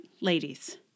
ladies